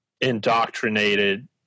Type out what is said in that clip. indoctrinated